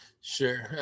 Sure